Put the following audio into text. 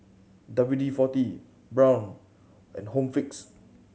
W D Forty Braun and Home Fix